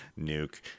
nuke